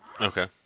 Okay